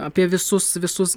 apie visus visus